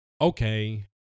Okay